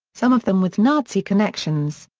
some of them with nazi connections.